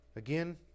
Again